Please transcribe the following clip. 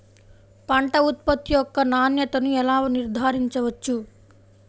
పంట ఉత్పత్తి యొక్క నాణ్యతను ఎలా నిర్ధారించవచ్చు?